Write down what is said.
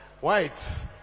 White